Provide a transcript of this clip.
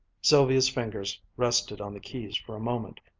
sylvia's fingers rested on the keys for a moment,